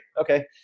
okay